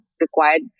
required